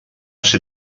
ser